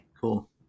Cool